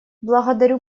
благодарю